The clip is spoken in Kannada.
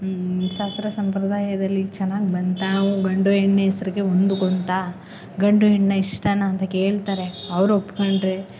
ಶಾಸ್ತ್ರ ಸಂಪ್ರದಾಯದಲ್ಲಿ ಚೆನ್ನಾಗಿ ಬಂತಾ ಹ್ಞೂ ಗಂಡು ಹೆಣ್ಣು ಹೆಸ್ರಿಗೆ ಹೊಂದ್ಕೊಳ್ತಾ ಗಂಡು ಹೆಣ್ಣು ಇಷ್ಟನ ಅಂತ ಕೇಳ್ತಾರೆ ಅವ್ರು ಒಪ್ಕೊಂಡ್ರೆ